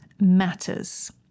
matters